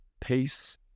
peace